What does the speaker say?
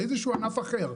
לאיזשהו ענף אחר.